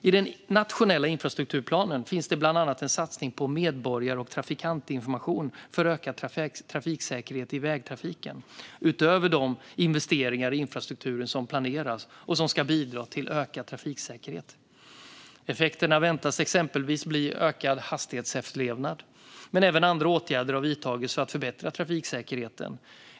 I den nationella infrastrukturplanen finns det bland annat en satsning på medborgar och trafikantinformation för ökad trafiksäkerhet i vägtrafiken, utöver de investeringar i infrastrukturen som planeras och som ska bidra till ökad trafiksäkerhet. Effekterna väntas exempelvis bli ökad hastighetsefterlevnad. Men även andra åtgärder har vidtagits för att förbättra trafiksäkerheten.